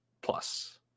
Plus